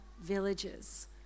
villages